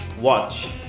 Watch